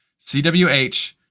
CWH